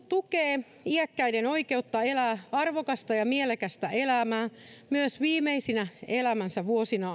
tukee iäkkäiden oikeutta elää arvokasta ja mielekästä elämää myös viimeisinä elämänsä vuosina